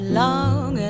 long